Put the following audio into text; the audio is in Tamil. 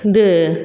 இது